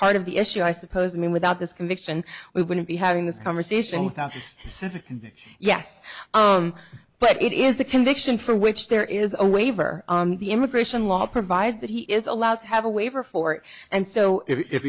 heart of the issue i suppose i mean without this conviction we wouldn't be having this conversation without a specific yes but it is a conviction for which there is a waiver the immigration law provides that he is allowed to have a waiver for it and so if